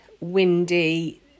windy